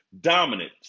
Dominant